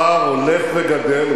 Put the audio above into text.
הפער הולך וגדל,